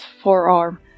forearm